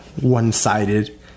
one-sided